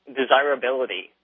desirability